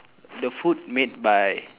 the food made by